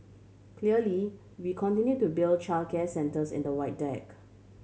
clearly we continue to build childcare centres in the Void Deck